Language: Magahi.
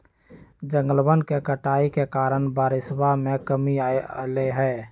जंगलवन के कटाई के कारण बारिशवा में कमी अयलय है